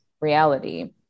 reality